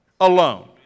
alone